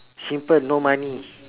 simple no money